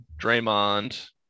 Draymond